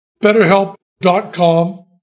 betterhelp.com